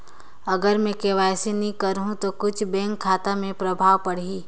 अगर मे के.वाई.सी नी कराहू तो कुछ बैंक खाता मे प्रभाव पढ़ी?